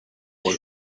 boy